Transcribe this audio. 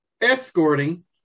escorting